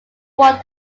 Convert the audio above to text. won